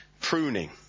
pruning